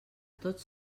tots